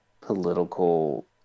political